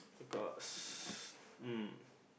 because um